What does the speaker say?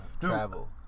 travel